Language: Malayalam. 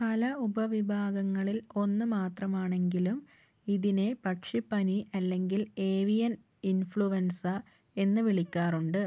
പല ഉപവിഭാഗങ്ങളിൽ ഒന്ന് മാത്രമാണെങ്കിലും ഇതിനെ പക്ഷിപനി അല്ലെങ്കിൽ ഏവിയൻ ഇൻഫ്ലുവൻസ എന്ന് വിളിക്കാറുണ്ട്